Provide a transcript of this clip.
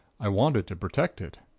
i wanted to protect it.